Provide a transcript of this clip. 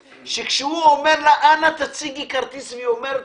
כאשר הפקח אומר לה "אנא תציגי כרטיס" והיא אומרת